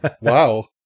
Wow